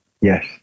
Yes